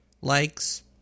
likes